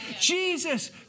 Jesus